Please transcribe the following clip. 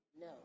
No